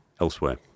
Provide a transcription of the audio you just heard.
elsewhere